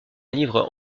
livre